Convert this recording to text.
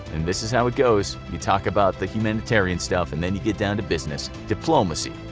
and this is how it goes. you talk about the humanitarian stuff, and then you get down to business. diplomacy,